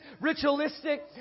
ritualistic